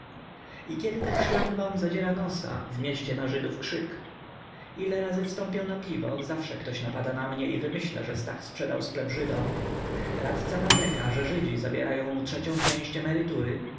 i kiedy tak szlangbaum zadziera nosa w mieście na żydów krzyk ile razy wstąpię na piwo zawsze ktoś napada mnie i wymyśla że stach sprzedał sklep żydom radca narzeka że żydzi zabierają mu trzecią część emerytury